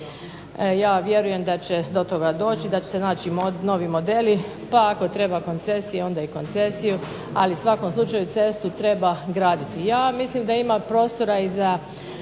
Ja vjerujem da će do toga doći, da će se naći novi modeli, pa ako treba koncesije onda i koncesiju, ali u svakom slučaju cestu treba graditi. Ja mislim da ima prostora i za